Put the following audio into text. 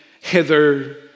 hither